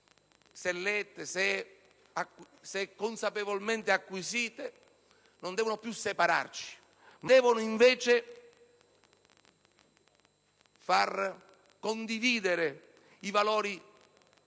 di tutti, se consapevolmente acquisite, non devono più separarci, ma devono invece far condividere i valori